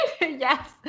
Yes